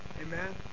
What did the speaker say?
Amen